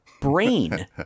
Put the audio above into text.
Brain